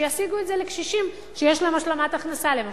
שישיגו את זה לקשישים שיש להם השלמת הכנסה, למשל.